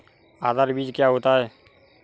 आधार बीज क्या होता है?